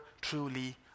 truly